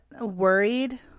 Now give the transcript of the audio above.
worried